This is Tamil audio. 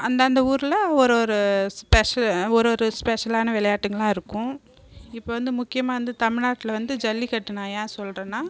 அந்த அந்த ஊரில் ஒரு ஒரு ஸ்பெஷல் ஒரு ஒரு ஸ்பெஷலான விளையாட்டுங்கல்லாம் இருக்கும் இப்போ வந்து முக்கியமாக வந்து தமிழ்நாட்டில் வந்து ஜல்லிக்கட்டு நான் யான் சொல்லுறன்னா